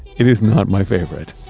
it is not my favorite